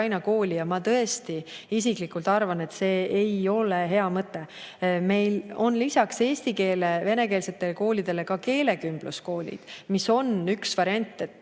Ja ma tõesti isiklikult arvan, et see ei ole hea mõte. Meil on lisaks eesti- ja venekeelsetele koolidele ka keelekümbluskoolid, mis on üks variant, see